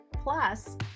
Plus